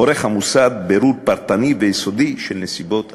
עורך המוסד בירור פרטני ויסודי של נסיבות המקרה.